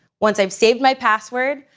once i've saved my password,